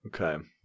Okay